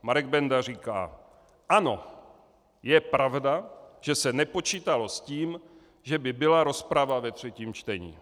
Marek Benda říká: Ano, je pravda, že se nepočítalo s tím, že by byla rozprava ve třetím čtení.